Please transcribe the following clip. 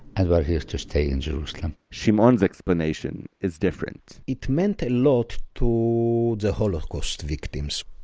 and we're here to stay in jerusalem shimon's explanation is different it meant a lot to the holocaust victims.